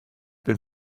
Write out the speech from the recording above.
been